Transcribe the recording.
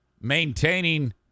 maintaining